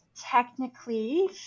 technically